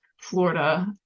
Florida